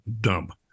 dump